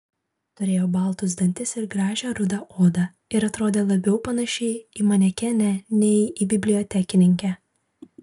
turėjo baltus dantis ir gražią rudą odą ir atrodė labiau panaši į manekenę nei į bibliotekininkę